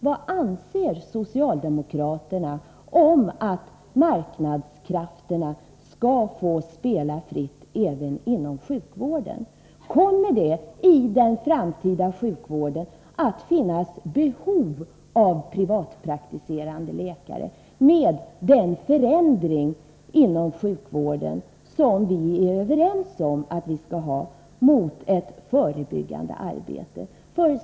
Vad anser socialdemokraterna om att marknadskrafterna skall få spela fritt även inom sjukvården? Kommer det i den framtida sjukvården att finnas behov av privatpraktiserande läkare när vi har fått den förändring inom sjukvården mot ett förebyggande arbete som vi är överens om att vi skall ha?